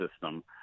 system